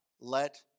let